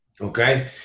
okay